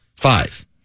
Five